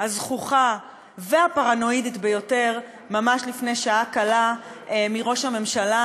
הזחוחה והפרנואידית ביותר ממש לפני שעה קלה מראש הממשלה,